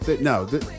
No